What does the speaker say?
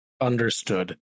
Understood